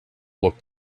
looked